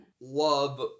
Love